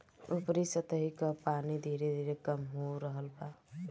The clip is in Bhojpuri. ऊपरी सतह कअ पानी धीरे धीरे कम हो रहल बा